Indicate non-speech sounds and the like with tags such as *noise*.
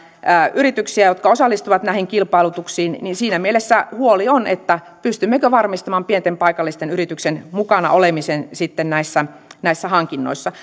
yrityksiä jotka osallistuvat näihin kilpailutuksiin niin siinä mielessä huoli on pystymmekö varmistamaan pienten paikallisten yritysten mukana olemisen näissä näissä hankinnoissa *unintelligible*